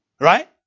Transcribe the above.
Right